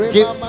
Give